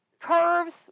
curves